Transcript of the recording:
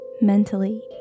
Mentally